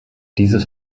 dieses